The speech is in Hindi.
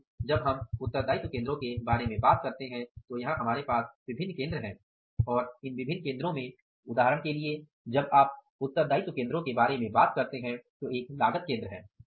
इसलिए जब हम उत्तरदायित्व केंद्रों के बारे में बात करते हैं तो यहां हमारे पास विभिन्न केंद्र हैं और उन विभिन्न केंद्रों में उदाहरण के लिए जब आप उत्तरदायित्व केंद्रों के बारे में बात करते हैं तो एक लागत केंद्र है